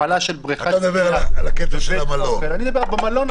הפעלת בריכת שחייה, במלון עצמו.